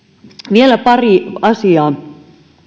vielä pari asiaa